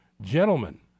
Gentlemen